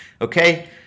Okay